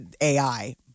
AI